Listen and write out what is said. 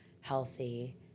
healthy